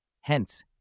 Hence